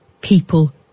people